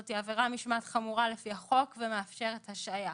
על פי החוק זו עבירה משמעת חמורה ומאפשרת השעיה,